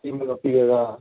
तीन रोपिएगा